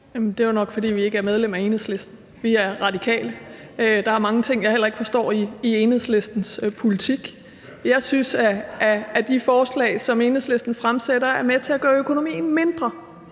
Det er jo nok, fordi vi ikke er medlem af Enhedslisten. Vi er radikale. Der er mange ting, jeg heller ikke forstår i Enhedslistens politik. Jeg synes, at de forslag, som Enhedslisten fremsætter, er med til at gøre økonomien mindre,